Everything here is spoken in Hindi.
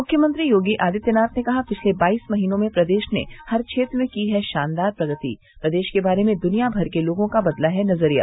मुख्यमंत्री योगी आदित्यनाथ ने कहा पिछले बाईस महीनों में प्रदेश ने हर क्षेत्र में की है शानदार प्रगति प्रदेश के बारे में दुनिया भर के लोगों का बदला है नजरिया